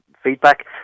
feedback